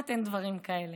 כמעט אין דברים כאלה.